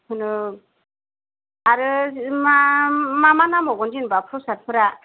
जेखुनु आरो मा मा मा नांबावगोन जेन'बा प्रसादफोरा